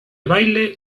baile